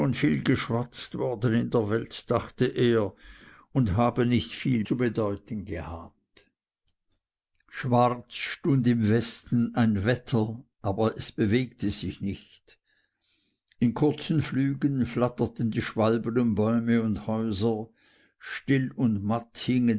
geschwatzt worden in der welt dachte er und habe nicht viel zu bedeuten gehabt schwarz stund im westen ein wetter aber es bewegte sich nicht in kurzen flügen flatterten die schwalben um bäume und häuser still und matt